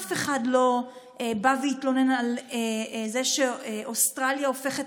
אף אחד לא בא והתלונן על זה שאוסטרליה הופכת